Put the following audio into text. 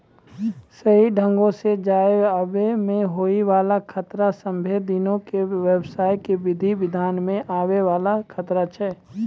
सही ढंगो से जाय आवै मे होय बाला खतरा सभ्भे दिनो के व्यवसाय के विधि विधान मे आवै वाला खतरा छै